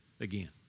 again